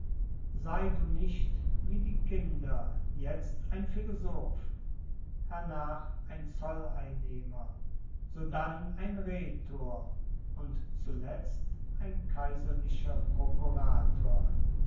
sei du nicht wie die kinder jetzt ein philosoph hernach ein zolleinnehmer sodann ein rhetor und zuletzt ein kaiserlicher prokurator